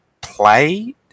play